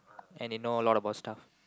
and you know a lot about stuff